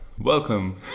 Welcome